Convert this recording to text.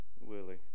Willie